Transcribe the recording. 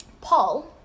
Paul